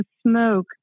smoke